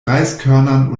reiskörnern